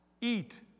eat